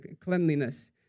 cleanliness